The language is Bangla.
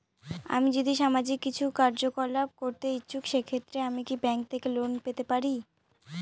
আমি যদি সামাজিক কিছু কার্যকলাপ করতে ইচ্ছুক সেক্ষেত্রে আমি কি ব্যাংক থেকে লোন পেতে পারি?